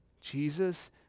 Jesus